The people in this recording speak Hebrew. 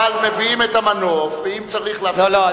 אבל מביאים את המנוף, ואם צריך לעשות את זה, לא.